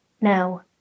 Now